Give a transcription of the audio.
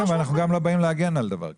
כן, ואנחנו לא באים להגן על דבר כזה.